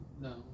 No